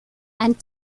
and